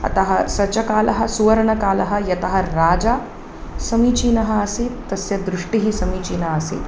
अतः स च कालः सुवर्णकालः यतः राजा समीचीनः आसीत् तस्य दृष्टिः समीचीना आसीत्